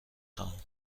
خواهم